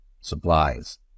supplies